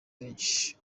benshi